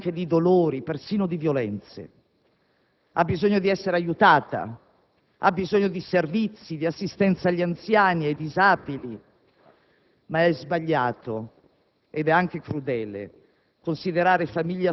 La famiglia, luogo di mille contraddizioni e anche di dolori, persino di violenze, ha bisogno di essere aiutata, ha bisogno di servizi, di assistenza agli anziani e ai disabili.